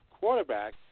quarterback